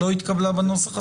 שלא התקבלה בנוסח הסופי?